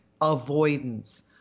avoidance